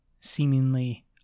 seemingly